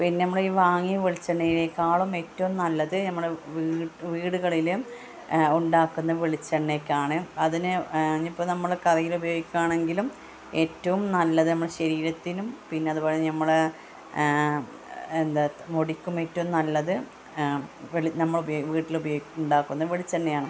പിന്നെ നമ്മൾ ഈ വാങ്ങിയ വെളിച്ചെണ്ണയേക്കാളും ഏറ്റവും നല്ലത് നമ്മുടെ വീടുകളിൽ ഉണ്ടാക്കുന്ന വെളിച്ചെണ്ണയ്ക്കാണ് അതിന് ഇനിയിപ്പോൾ നമ്മൾ കറിയിൽ ഉപയോഗിക്കുകയാണെങ്കിലും ഏറ്റവും നല്ലത് നമ്മുടെ ശരീരത്തിനും പിന്നെ അതുപോലെ നമ്മുടെ എന്താ മുടിക്കും ഏറ്റവും നല്ലത് നമ്മൾ വീട്ടിൽ ഉണ്ടാക്കുന്ന വെളിച്ചെണ്ണയാണ്